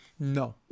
No